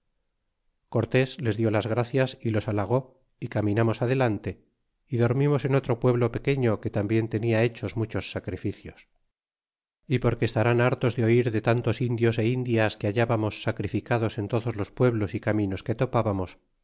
les dió las gracias y los halagó y caminamos adelante y dormimos en otro pueblo pequeño que tambien tenia hechos muchos sacrificios y porque estarán hartos de oir de tantos indios e indias que hallábamos sacrificados en todos los pueblos y caminos que topábamos